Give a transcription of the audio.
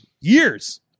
years